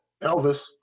Elvis